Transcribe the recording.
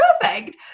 perfect